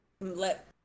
let